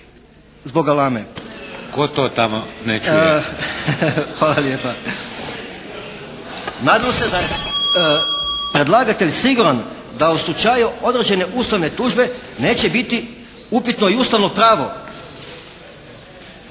**Sabati, Zvonimir (HSS)** Hvala lijepa. Nadam se da je predlagatelj siguran da u slučaju određene ustavne tužbe neće biti upitno i ustavno pravo.